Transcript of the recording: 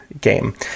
game